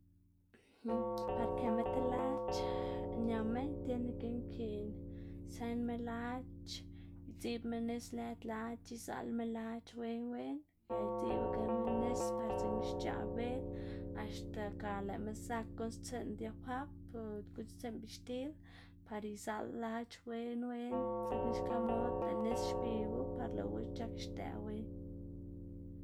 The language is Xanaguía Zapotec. par këma ti lac̲h̲ ñama tiene ke nkiꞌn sënma lac̲h̲, idziꞌbma nis lëd lac̲h̲, izaꞌlma lac̲h̲ wen wen ga idziꞌbagame nis par dzikna xc̲h̲aꞌ beꞌd, axta ga lëꞌma zak guꞌnnstsiꞌn diafab o guꞌnnstsiꞌn bixtil par izaꞌl lac̲h̲ wen wen, dzekna xka mod lëꞌ nis xbibo, par lëꞌwu c̲h̲ak xdëꞌ wen.